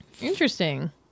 interesting